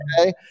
okay